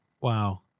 Wow